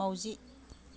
माउजि